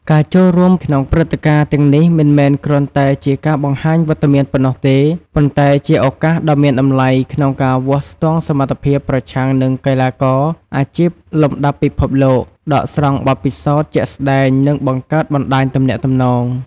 ការចូលរួមក្នុងព្រឹត្តិការណ៍ទាំងនេះមិនមែនគ្រាន់តែជាការបង្ហាញវត្តមានប៉ុណ្ណោះទេ ប៉ុន្តែជាឱកាសដ៏មានតម្លៃក្នុងការវាស់ស្ទង់សមត្ថភាពប្រឆាំងនឹងកីឡាករអាជីពលំដាប់ពិភពលោក ដកស្រង់បទពិសោធន៍ជាក់ស្ដែង និងបង្កើតបណ្ដាញទំនាក់ទំនង។